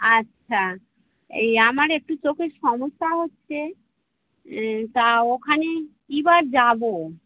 আচ্ছা এই আমার একটু চোখের সমস্যা হচ্ছে তা ওখানে কী বার যাবো